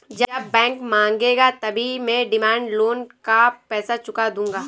जब बैंक मांगेगा तभी मैं डिमांड लोन का पैसा चुका दूंगा